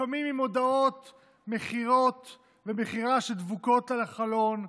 לפעמים עם הודעות מכירות ומכירה שדבוקות על החלון.